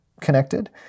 connected